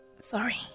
Sorry